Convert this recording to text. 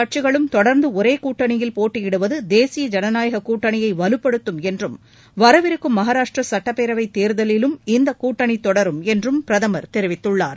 கட்சிகளும் தொடர்ந்துஒரேகூட்டணியில் போட்டியிடுவதேசிய இனநாயகக் இர கூட்டணியைவலுப்படுத்தும் என்றும் வரவிருக்கும் மஹாராஷ்ட்ரசுட்டப்பேரவைத் தேர்தலிலும் இந்தக் கூட்டணிதொடரும் என்றும் பிரதமர் தெரிவித்துள்ளார்